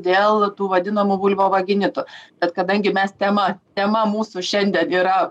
dėl tų vadinamų vulvovaginitų bet kadangi mes tema tema mūsų šiandien yra